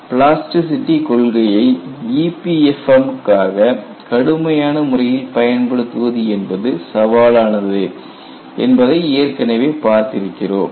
plasticity கொள்கையை EPFM காக கடுமையான முறையில் பயன்படுத்துவது என்பது சவாலானது என்பதை ஏற்கனவே பார்த்திருக்கிறோம்